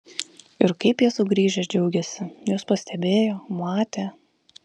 ir kaip jie sugrįžę džiaugėsi juos pastebėjo matė